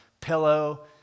pillow